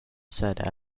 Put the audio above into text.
said